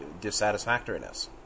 dissatisfactoriness